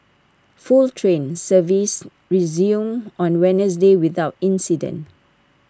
false train service resumed on Wednesday without incident